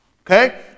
Okay